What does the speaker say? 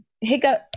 Hiccup